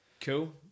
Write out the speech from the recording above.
cool